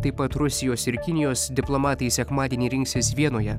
taip pat rusijos ir kinijos diplomatai sekmadienį rinksis vienoje